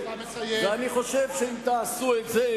ואני חושב שאם תעשו את זה,